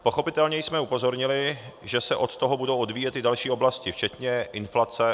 Pochopitelně jsme upozornili, že se od toho budou odvíjet i další oblasti, včetně inflace atd.